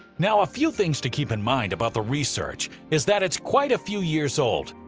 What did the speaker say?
now a few things to keep in mind about the research is that it's quite a few years old,